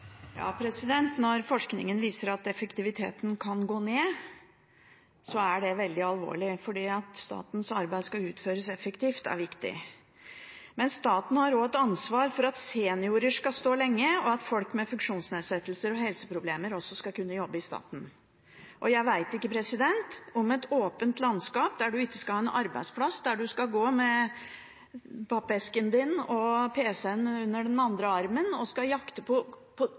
gå ned, er det veldig alvorlig, for det at statens arbeid skal utføres effektivt, er viktig. Men staten har også et ansvar for at seniorer skal stå lenge, og at folk med funksjonsnedsettelser og helseproblemer også skal kunne jobbe i staten. I et åpent kontorlandskap skal man altså ikke ha en fast arbeidsplass, man skal gå med pappesken under den ene armen og pc-en under den andre og jakte på